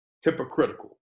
hypocritical